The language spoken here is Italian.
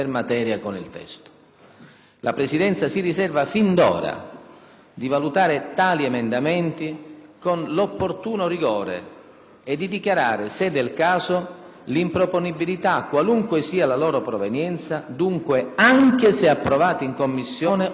La Presidenza si riserva fin d'ora di valutare tali emendamenti con l'opportuno rigore, e di dichiararne se del caso l'improponibilità qualunque sia la loro provenienza, dunque anche se approvati in Commissione o proposti dal Governo.